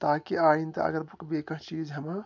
تاکہِ آیِندٕ اگر بہٕ بیٚیہِ کانٛہہ چیٖز ہٮ۪م ہہ